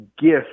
gift